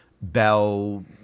Bell